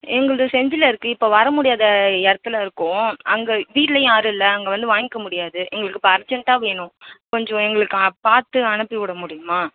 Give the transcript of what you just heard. எங்களுது செஞ்சியில் இருக்குது இப்போ வர முடியாத இடத்துல இருக்கோம் அங்கே வீட்லேயும் யாரும் இல்லை அங்கே வந்து வாங்கிக்க முடியாது எங்களுக்கு இப்போ அர்ஜென்ட்டாக வேணும் கொஞ்சம் எங்களுக்கு பார்த்து அனுப்பிவிட முடியுமா